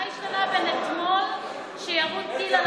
מה השתנה בין אתמול, שירו טיל על הבית, להיום?